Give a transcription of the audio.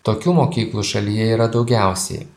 tokių mokyklų šalyje yra daugiausiai